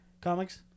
Comics